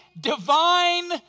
divine